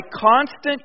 constant